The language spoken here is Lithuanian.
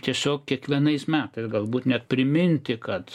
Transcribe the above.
tiesiog kiekvienais metais galbūt net priminti kad